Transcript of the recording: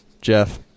Jeff